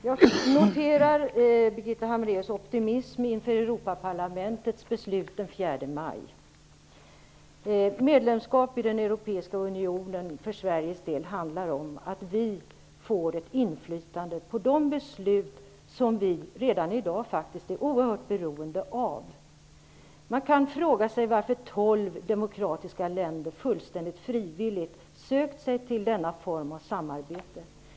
Herr talman! Jag noterar Birgitta Hambraeus optimism inför Europaparlamentets beslut den 4 maj. Ett medlemskap i den europeiska unionen handlar för Sveriges del om att vi får ett inflytande över de beslut som vi redan i dag är oerhört beroende av. Man kan fråga sig varför tolv demokratiska länder fullständigt frivilligt sökt sig till denna form av samarbete.